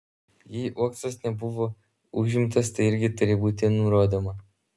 jei uoksas nebuvo užimtas tai irgi turi būti nurodoma